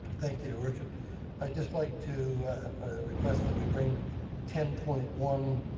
thank you, your worship. i'd just like to request that we bring ten point one,